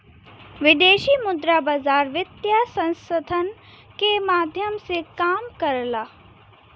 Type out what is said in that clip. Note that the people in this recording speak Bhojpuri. विदेशी मुद्रा बाजार वित्तीय संस्थान के माध्यम से काम करला